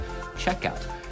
checkout